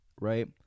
right